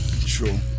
true